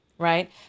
Right